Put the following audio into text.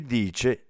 dice